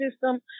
system